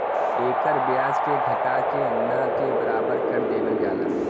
एकर ब्याज के घटा के ना के बराबर कर देवल जाला